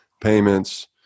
payments